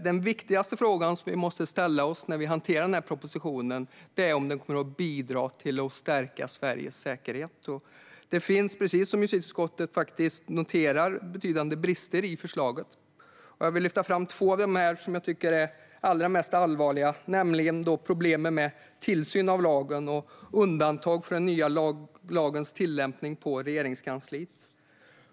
Den viktigaste frågan vi måste ställa oss när vi hanterar den här propositionen är om den kommer att bidra till att stärka Sveriges säkerhet. Det finns, precis som justitieutskottet noterar, betydande brister i förslaget. Jag vill lyfta fram två av de brister som jag tycker är mest allvarliga, nämligen problemen med tillsynen av lagen och undantagen för den nya lagens tillämpning på Regeringskansliet.